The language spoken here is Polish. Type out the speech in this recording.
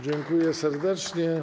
Dziękuję serdecznie.